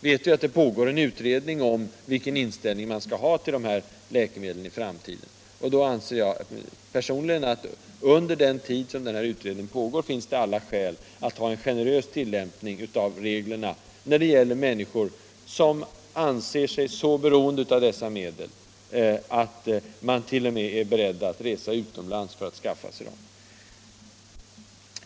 bekant pågår en utredning om vilken inställning som vi bör inta till de här läkemedlen, anser jag att under den tid utredningen pågår finns det alla skäl att tillämpa reglerna generöst när det gäller människor som anser sig vara så beroende av dessa medel att de t.o.m. är beredda att resa utomlands för att skaffa dem.